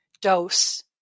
dose